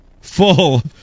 full